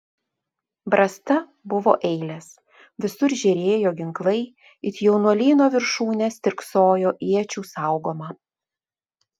brasta buvo eilės visur žėrėjo ginklai it jaunuolyno viršūnės stirksojo iečių saugoma